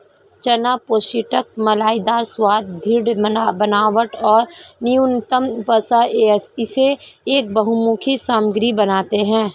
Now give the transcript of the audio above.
चना पौष्टिक मलाईदार स्वाद, दृढ़ बनावट और न्यूनतम वसा इसे एक बहुमुखी सामग्री बनाते है